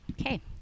okay